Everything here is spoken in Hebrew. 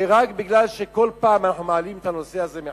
ורק כי כל פעם אנחנו מעלים את הנושא הזה מחדש.